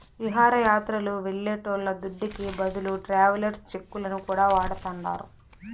విహారయాత్రలు వెళ్లేటోళ్ల దుడ్డుకి బదులు ట్రావెలర్స్ చెక్కులను కూడా వాడతాండారు